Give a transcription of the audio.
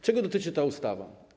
Czego dotyczy ustawa?